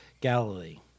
Galilee